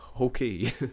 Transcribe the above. Okay